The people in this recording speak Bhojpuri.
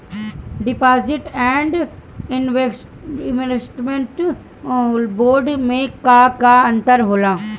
डिपॉजिट एण्ड इन्वेस्टमेंट बोंड मे का अंतर होला?